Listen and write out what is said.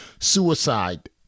suicide